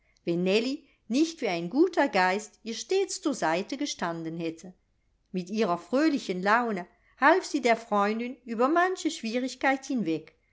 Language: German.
wenn nellie nicht wie ein guter geist ihr stets zur seite gestanden hätte mit ihrer fröhlichen laune half sie der freundin über manche schwierigkeit hinweg